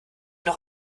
noch